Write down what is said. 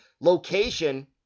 Location